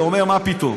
ואומר: מה פתאום.